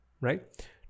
right